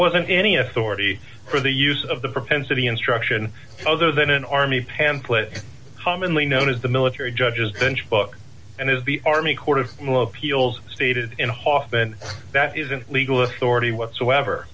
wasn't any authority for the use of the propensity instruction other than an army pamphlet commonly known as the military judge's bench book and as the army court of appeals stated in hoffman that isn't legal authority whatsoever